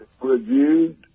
reviewed